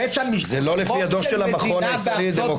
זה לא לפי הדוח של המכון הישראלי לדמוקרטיה.